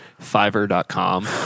Fiverr.com